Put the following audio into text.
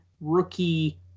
rookie